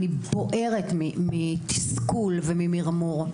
אני בוערת מתסכול וממרמור.